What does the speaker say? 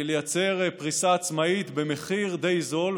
לייצר פריסה עצמאית במחיר די נמוך,